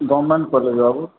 government college babu